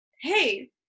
hey